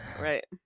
right